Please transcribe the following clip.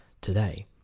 today